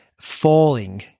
falling